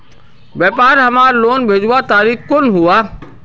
व्यापार हमार लोन भेजुआ तारीख को हुआ?